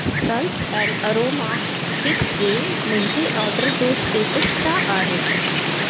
सल्स and aroma fix जे मुंहिंजे order जो स्टेटस छा आहे